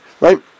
right